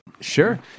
Sure